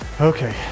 Okay